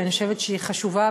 שאני חושבת שהיא חשובה,